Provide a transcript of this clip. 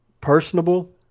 personable